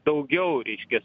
daugiau reiškias